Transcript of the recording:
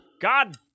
God